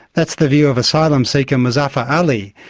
that's the view of asylum seeker muzaffer ali,